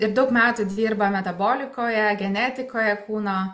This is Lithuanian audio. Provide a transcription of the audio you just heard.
ir daug metų dirba metabolikoje genetikoje kūno